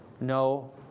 No